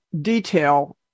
detail